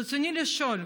ברצוני לשאול: